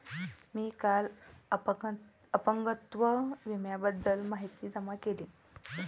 मी काल अपंगत्व विम्याबद्दल माहिती जमा केली